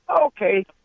okay